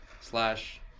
slash